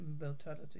immortality